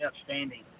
outstanding